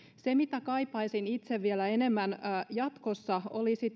se mitä itse kaipaisin jatkossa vielä enemmän olisi